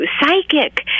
psychic